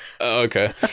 Okay